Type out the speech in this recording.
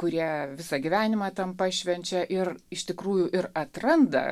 kurie visą gyvenimą tam pašvenčia ir iš tikrųjų ir atranda